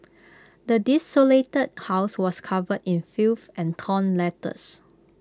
the desolated house was covered in filth and torn letters